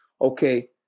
okay